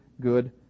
good